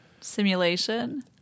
Simulation